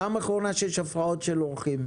זאת פעם אחרונה שיש הפרעות של אורחים.